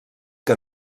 que